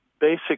basic